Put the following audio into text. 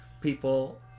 people